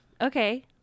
Okay